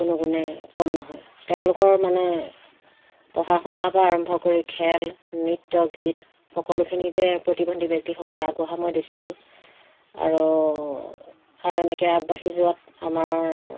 কোনো গুণেই কম নহয় তেওঁলোকৰ মানে পঢ়া শুনাৰ পৰা আৰম্ভ কৰি খেল নৃত্য গীত সকলোখিনিতে প্ৰতিবন্ধী ব্যক্তিসকল আগবঢ়া মই দেখিছোঁ আৰু আৰু এনেকৈ আগবাঢ়ি যোৱাত আমাৰ